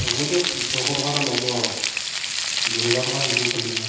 হ'ব দিয়ক ওঠৰশ টকা এটা ল'ব আৰু দুহেজাৰ টকা নিদোঁ খালি মই